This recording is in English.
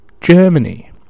Germany